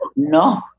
No